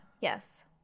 Yes